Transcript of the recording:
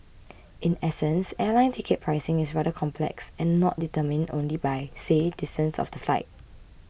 in essence airline ticket pricing is rather complex and not determined only by say distance of the flight